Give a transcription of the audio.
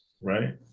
right